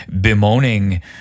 bemoaning